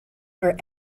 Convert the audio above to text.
are